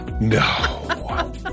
No